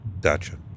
Gotcha